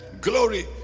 Glory